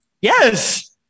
Yes